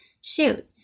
Shoot